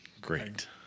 Great